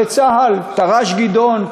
זה צה"ל, תר"ש "גדעון".